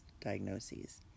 diagnoses